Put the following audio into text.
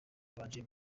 babanje